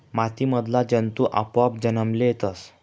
माती मधला जंतु आपोआप जन्मले येतस